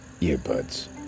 earbuds